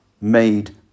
made